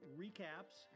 recaps